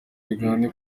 uganda